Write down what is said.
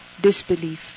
Disbelief